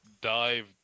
dive